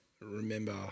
remember